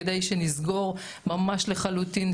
כדי שנסגור ממש לחלוטין,